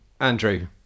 Andrew